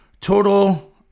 total